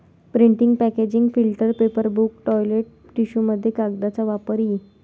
printing packaging filter paper book toilet टिश्यूमध्ये कागदाचा वापर इ